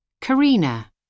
Karina